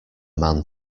man